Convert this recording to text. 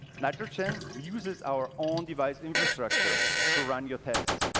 nitrogen uses our own device infrastructure to run your tests.